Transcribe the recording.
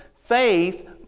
faith